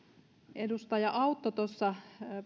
edustaja autto tuossa